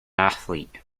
athlete